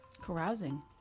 carousing